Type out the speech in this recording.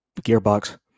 Gearbox